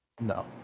No